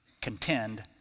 contend